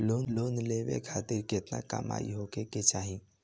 Loan लेवे खातिर केतना कमाई होखे के चाही?